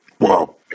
Wow